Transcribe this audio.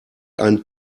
einen